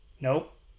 Nope